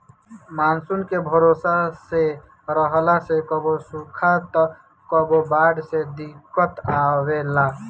monsoon के भरोसे रहला से कभो सुखा त कभो बाढ़ से दिक्कत आवेला